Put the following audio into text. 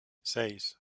seis